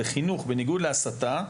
בחינוך בניגוד להסתה,